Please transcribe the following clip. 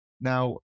Now